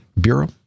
Bureau